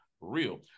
Real